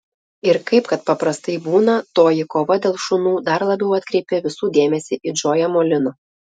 ir kaip kad paprastai būna toji kova dėl šunų dar labiau atkreipė visų dėmesį į džoją molino